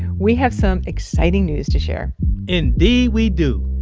we have some exciting news to share indeed, we do.